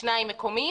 שניים מקומיים,